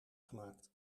gemaakt